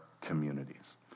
communities